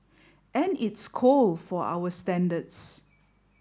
and it's cold for our standards